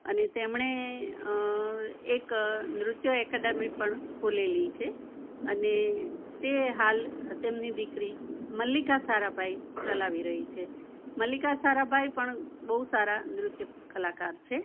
અને તેમણે એક નૃત્ય એકેડેમી પણ ખોલેલી છે અને તે હાલ તેમની દીકરી મલ્લિકા સારાભાઈ ચલાવી રહી છે મલ્લિકા સારાભાઈ પણ બહુ સારાં નૃત્ય કલાકાર છે